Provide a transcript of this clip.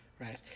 Right